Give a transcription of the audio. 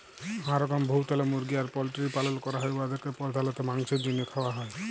হাঁ রকম বহুতলা মুরগি আর পল্টিরির পালল ক্যরা হ্যয় উয়াদেরকে পর্ধালত মাংছের জ্যনহে খাউয়া হ্যয়